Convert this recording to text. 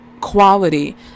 quality